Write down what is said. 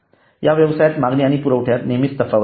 या व्यवसायात मागणी आणि पुरवठ्यात नेहमीच तफावत असते